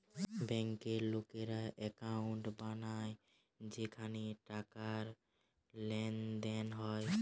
বেঙ্কে লোকেরা একাউন্ট বানায় যেখানে টাকার লেনদেন হয়